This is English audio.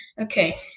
Okay